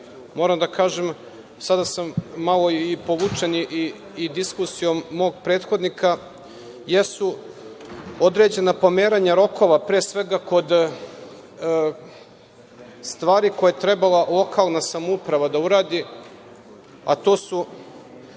moram da kažem, sada sam malo i povučen i diskusijom mog prethodnika, jesu određena pomeranja rokova, pre svega, kod stvari koje je trebala lokalna samouprava da uradi, a to su,